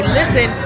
listen